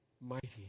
mighty